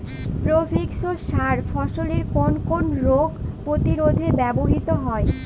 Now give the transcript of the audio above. Provex সার ফসলের কোন কোন রোগ প্রতিরোধে ব্যবহৃত হয়?